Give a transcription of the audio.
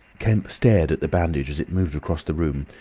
kemp stared at the bandage as it moved across the room,